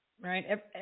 right